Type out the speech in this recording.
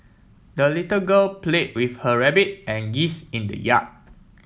the little girl play with her rabbit and geese in the yard